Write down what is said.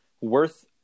worth